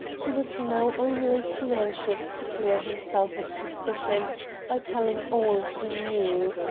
he was now only too anxious to clear himself of suspicion by telling all he knew.